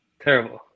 terrible